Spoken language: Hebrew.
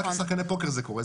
רק לשחקני פוקר זה קורה.